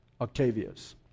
Octavius